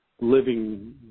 living